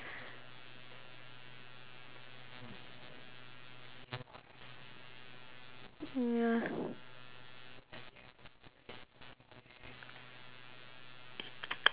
mm